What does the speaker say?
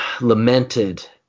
lamented